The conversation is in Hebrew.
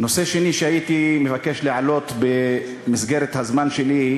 הנושא השני שהייתי מבקש להעלות במסגרת הזמן שלי,